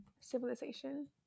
civilization